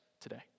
today